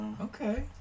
Okay